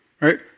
Right